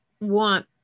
want